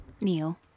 Neil